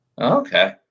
Okay